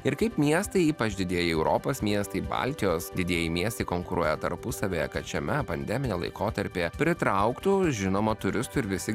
ir kaip miestai ypač didieji europos miestai baltijos didieji miestai konkuruoja tarpusavyje kad šiame pandeminiame laikotarpyje pritrauktų žinoma turistų ir visi